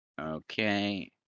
Okay